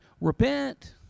Repent